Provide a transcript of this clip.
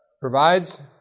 Provides